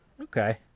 Okay